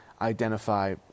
identify